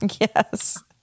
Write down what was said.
Yes